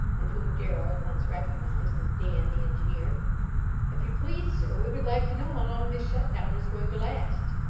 and whom darrell at once recognized as dan, the engineer if you please, sir, we would like to know how long this shut-down is going to last.